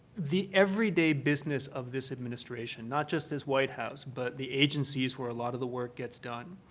the everyday business of this administration, not just as white house, but the agencies where a lot of the work gets done,